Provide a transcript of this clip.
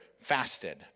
fasted